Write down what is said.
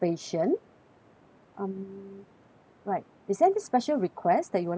um right is there any special request that you would like to make